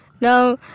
Now